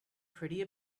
pretty